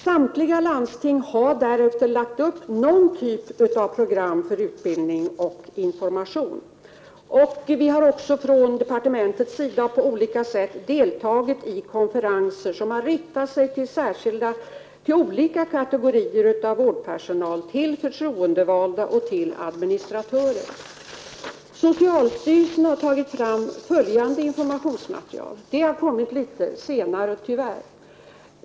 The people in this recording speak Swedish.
Samtliga landsting har därefter lagt upp någon typ av program för utbildning och information. Vi har också från departementets sida på olika sätt deltagit i konferenser som har riktat sig till olika kategorier av vårdpersonal, till förtroendevalda och till administratörer. Socialstyrelsen har tagit fram följande informationsmaterial — det har tyvärr kommit litet senare.